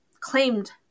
claimed